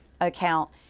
account